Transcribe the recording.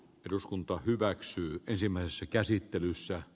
eduskunta hyväksyy ensimmäisessä käsittelyssä